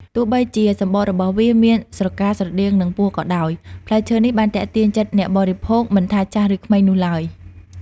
ទោះបីជាសម្បករបស់វាមានស្រកាស្រដៀងនឹងពស់ក៏ដោយ ផ្លែឈើនេះបានទាក់ទាញចិត្តអ្នកបរិភោគមិនថាចាស់ឬក្មេងនោះឡើយ។